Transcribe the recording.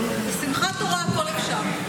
בשמחת תורה הכול אפשר,